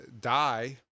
die